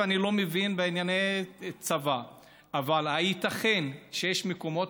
אני לא מבין בענייני צבא אבל הייתכן שיש מקומות